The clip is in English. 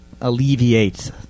alleviate